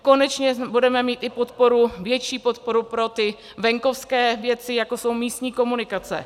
Konečně budeme mít i podporu, větší podporu, pro ty venkovské věci, jako jsou místní komunikace.